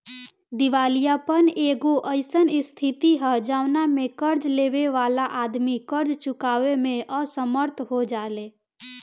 दिवालियापन एगो अईसन स्थिति ह जवना में कर्ज लेबे वाला आदमी कर्ज चुकावे में असमर्थ हो जाले